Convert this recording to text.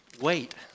wait